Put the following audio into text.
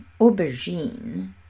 aubergine